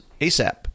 ASAP